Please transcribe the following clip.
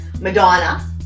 Madonna